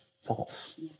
false